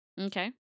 Okay